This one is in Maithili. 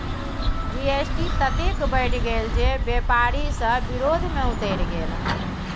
जी.एस.टी ततेक बढ़ि गेल जे बेपारी सभ विरोध मे उतरि गेल